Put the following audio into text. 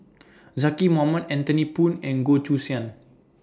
Zaqy Mohamad Anthony Poon and Goh Choo San